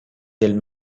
del